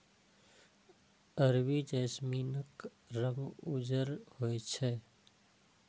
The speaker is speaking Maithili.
अरबी जैस्मीनक रंग उज्जर होइ छै